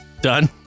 done